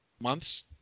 months